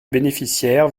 bénéficiaire